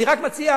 אני רק מציע,